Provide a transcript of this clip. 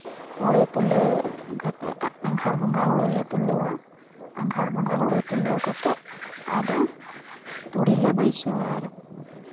ᱦᱩᱲᱩ ᱛᱩᱞᱟᱹᱣ ᱠᱟᱛᱮ ᱟᱸᱜᱷᱟᱬ ᱵᱚᱸᱜᱟ ᱦᱩᱲᱩ ᱞᱮ ᱛᱩᱞᱟᱹᱣᱟ ᱟᱸᱜᱷᱟᱬ ᱵᱚᱸᱜᱟ ᱦᱳᱲᱳ ᱛᱩᱞᱟᱹᱣ ᱠᱟᱛᱮ ᱟᱫᱚ ᱛᱩᱲᱤ ᱞᱮ ᱵᱟᱹᱭᱥᱟᱹᱣᱟ